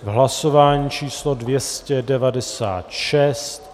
Hlasování číslo 296.